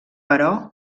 però